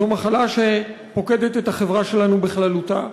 זו מחלה שפוקדת את החברה שלנו בכללותה,